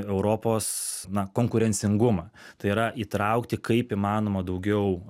europos na konkurencingumą tai yra įtraukti kaip įmanoma daugiau